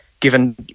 given